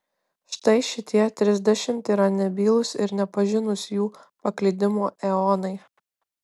štai šitie trisdešimt yra nebylūs ir nepažinūs jų paklydimo eonai